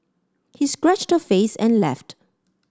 he scratched her face and left